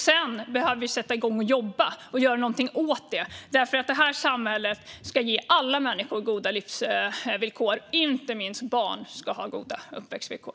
Sedan behöver vi sätta igång och jobba och göra något åt detta, för samhället ska ge alla människor goda livsvillkor. Inte minst barn ska ha goda uppväxtvillkor.